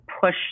push